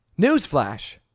Newsflash